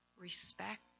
respect